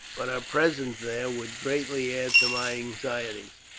but her presence there would greatly add to my anxieties.